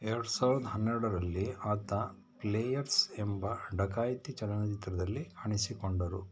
ಎರಡು ಸಾವಿರದ ಹನ್ನೆರಡರಲ್ಲಿ ಆತ ಪ್ಲೇಯರ್ಸ್ ಎಂಬ ಡಕಾಯಿತಿ ಚಲನಚಿತ್ರದಲ್ಲಿ ಕಾಣಿಸಿಕೊಂಡರು